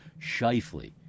Shifley